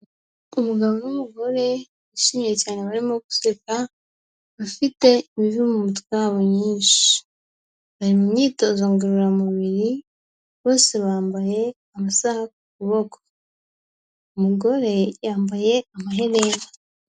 Umugabo n'umugore bishimye cyane barimo guseka, bafite imvi mu mutwe wabo nyinshi, bari mu myitozo ngororamubiri, bose bambaye amasaha ku kuboko, umugore yambaye amaherena.